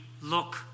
look